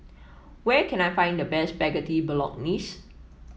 where can I find the best Spaghetti Bolognese